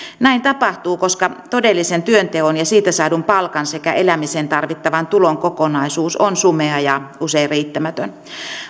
näin tapahtuu koska todellisen työnteon ja siitä saadun palkan sekä elämiseen tarvittavan tulon kokonaisuus on sumea ja usein riittämätön